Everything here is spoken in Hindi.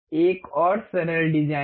एक और सरल डिजाइन